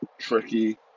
tricky